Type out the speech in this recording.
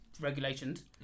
Regulations